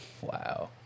Wow